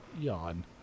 Yawn